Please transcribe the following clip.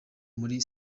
muri